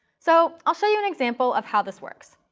so i'll show you an example of how this works.